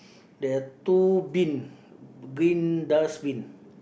there are two bin green dustbin